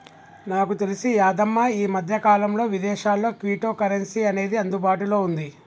నాకు తెలిసి యాదమ్మ ఈ మధ్యకాలంలో విదేశాల్లో క్విటో కరెన్సీ అనేది అందుబాటులో ఉంది